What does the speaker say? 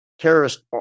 terrorist